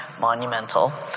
monumental